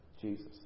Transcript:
Jesus